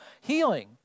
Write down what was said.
healing